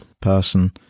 person